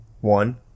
One